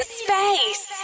space